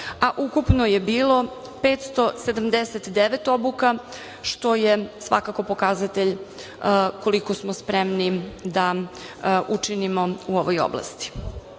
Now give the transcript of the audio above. a ukupno je bilo 579 obuka, što je svakako pokazatelj koliko smo spremni da učinimo u ovoj oblasti.U